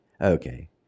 Okay